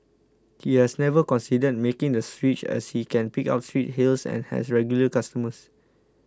he has never considered making the switch as he can pick up street hails and has regular customers